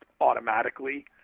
automatically